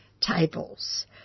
tables